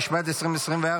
התשפ"ה 2024,